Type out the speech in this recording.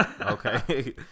okay